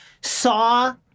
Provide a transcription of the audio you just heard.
Saw